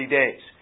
days